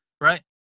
right